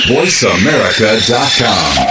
VoiceAmerica.com